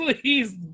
Please